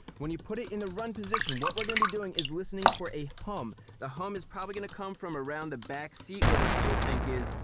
when you put it in the run position, what we're gonna be doing is listening for a hum. the hum is probably gonna come from around the back seat where the fuel tank is,